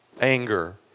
Anger